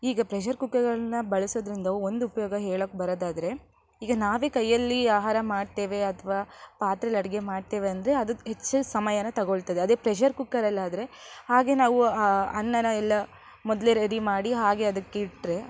ಈಗ ಪ್ರೆಷರ್ ಕುಕ್ಕರ್ಗಳನ್ನ ಬಳಸುವುದ್ರಿಂದ ಒಂದು ಉಪಯೋಗ ಹೇಳೋಕೆ ಬರುವುದಾದ್ರೆ ಈಗ ನಾವೇ ಕೈಯಲ್ಲಿ ಆಹಾರ ಮಾಡ್ತೇವೆ ಅಥವಾ ಪಾತ್ರೆಯಲ್ಲಿ ಅಡಿಗೆ ಮಾಡ್ತೇವೆ ಅಂದರೆ ಅದು ಹೆಚ್ಚು ಸಮಯನ ತಗೊಳ್ತದೆ ಅದೇ ಪ್ರೆಷರ್ ಕುಕ್ಕರಲ್ಲಾದರೆ ಹಾಗೇ ನಾವು ಅನ್ನನ ಎಲ್ಲ ಮೊದಲೇ ರೆಡಿ ಮಾಡಿ ಹಾಗೇ ಅದಕ್ಕಿಟ್ಟರೆ